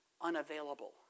unavailable